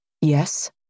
Yes